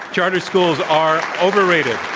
charter schools are overrated.